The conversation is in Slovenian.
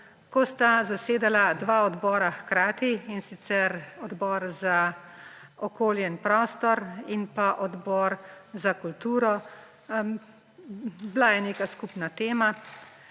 ko sta zasedala dva odbora hkrati, in sicer Odbor za okolje in prostor in Odbor za kulturo, bila je neka skupna tema.